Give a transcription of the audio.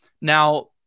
Now